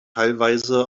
teilweise